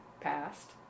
passed